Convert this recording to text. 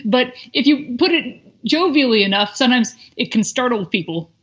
but if you put it jovially enough, sometimes it can startle people.